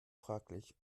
fraglich